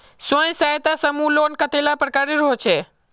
स्वयं सहायता समूह लोन कतेला प्रकारेर होचे?